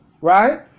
right